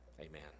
Amen